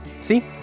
see